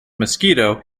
mosquito